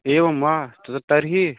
एवं वा तद् तर्हि